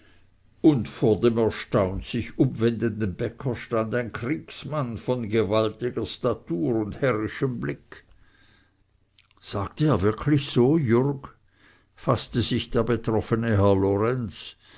und vor dem erstaunt sich umwendenden bäcker stand ein kriegsmann von gewaltiger statur und herrischem blick sagte er wirklich so jürg faßte sich der betroffene herr lorenz